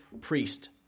priest